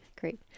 Great